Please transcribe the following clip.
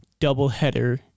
doubleheader